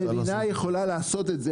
המדינה יכולה לעשות את זה.